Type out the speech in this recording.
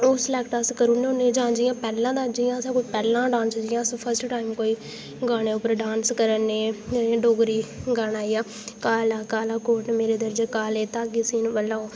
ओह् सलैक्ट अस करी ओड़ने होन्ने जां जि'यां पैह्लें दा असें कोई जि'यां कोई फसर्ट टाइम कोई गाने पर डांस करा ने डोगरी गाना जां काला काला कोट मेरे दर्जी काले धागे सीह्न बाला ओ